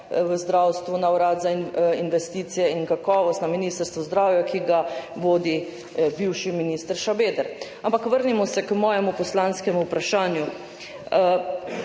v zdravstvu, na Urad za investicije in kakovost na Ministrstvu zdravje, ki ga vodi bivši minister Šabeder. Ampak vrnimo se k mojemu poslanskemu vprašanju.